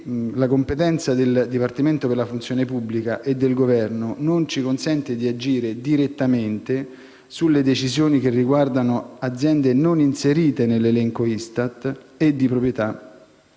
la competenza del Dipartimento della funzione pubblica e del Governo non ci consente di agire direttamente sulle decisioni che riguardano aziende non inserite nell'elenco ISTAT e di proprietà